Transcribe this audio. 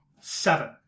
seven